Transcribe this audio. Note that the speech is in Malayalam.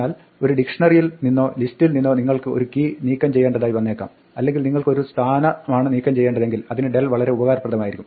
എന്നാൽ ഒരു ഡിക്ഷ്ണറിയിൽ നിന്നോ ലിസ്റ്റിൽ നിന്നോ നിങ്ങൾക്ക് ഒരു കീ നീക്കം ചെയ്യേണ്ടതായി വന്നേക്കാം അല്ലെങ്കിൽ നിങ്ങൾക്ക് ഒരു സ്ഥാനമാണ് നീക്കം ചെയ്യേണ്ടതെങ്കിൽ അതിന് ഡെൽ വളരെ ഉപകാരപ്രദമായിരിക്കും